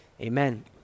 amen